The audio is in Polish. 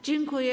Dziękuję.